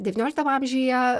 devynioliktam amžiuje